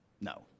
No